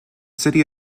city